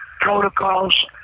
protocols